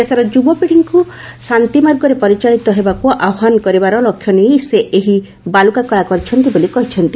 ଦେଶର ଯୁବ ପିଢୀଙ୍କ ଶାନ୍ତି ମାର୍ଗରେ ପରିଚାଳିତ ହେବାକୁ ଆହ୍ୱାନ କରିବାର ଲକ୍ଷ୍ୟ ନେଇ ସେ ଏହି ବାଲୁକା କଳା କରିଛନ୍ତି ବୋଲି କହିଛନ୍ତି